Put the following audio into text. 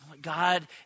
God